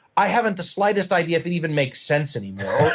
i haven't the slightest idea of it even makes sense anymore.